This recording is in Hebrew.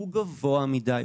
הוא גבוה מדיי.